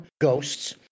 ghosts